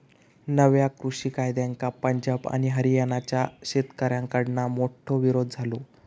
नव्या कृषि कायद्यांका पंजाब आणि हरयाणाच्या शेतकऱ्याकडना मोठो विरोध झालो